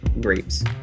grapes